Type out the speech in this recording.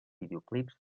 videoclips